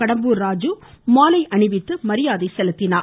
கடம்பூர் ராஜு இன்று மாலை அணிவித்து மரியாதை செலுத்தினார்